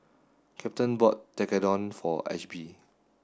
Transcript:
captain bought Tekkadon for Ashby